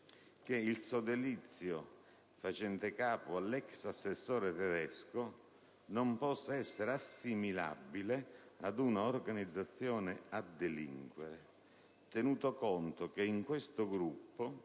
che il sodalizio facente capo all'ex assessore Tedesco non possa essere assimilabile a un'organizzazione a delinquere «tenuto conto che in questo gruppo